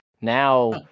Now